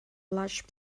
large